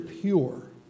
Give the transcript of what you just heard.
pure